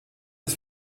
ist